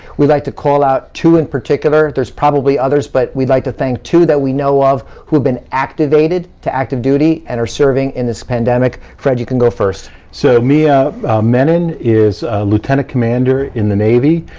we'd like to call out two, in particular. there's probably others, but we'd like to thank two that we know of who've been activated to active duty and are serving in this pandemic. fred, you can go first. so, meera i mean menon is a lieutenant commander in the navy.